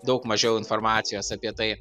daug mažiau informacijos apie tai